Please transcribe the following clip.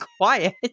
quiet